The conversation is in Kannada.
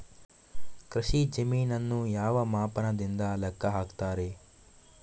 ಕೃಷಿ ಜಮೀನನ್ನು ಯಾವ ಮಾಪನದಿಂದ ಲೆಕ್ಕ ಹಾಕ್ತರೆ?